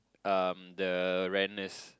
um the rareness